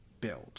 build